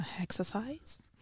exercise